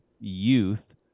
youth